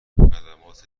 خدمات